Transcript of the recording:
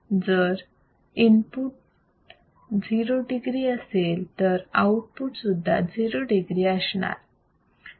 जर input 0 degree असेल तर आउटपुट सुद्धा 0 degree असणार